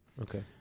Okay